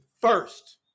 First